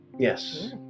Yes